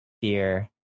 fear